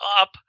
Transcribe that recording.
up